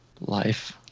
life